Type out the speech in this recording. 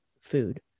food